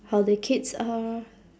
how the kids are